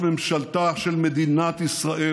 שופט בית המשפט העליון השופט אלכס שטיין,